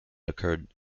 occurred